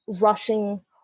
rushing